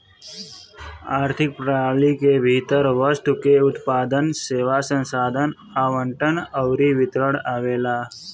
आर्थिक प्रणाली के भीतर वस्तु के उत्पादन, सेवा, संसाधन के आवंटन अउरी वितरण आवेला